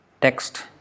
text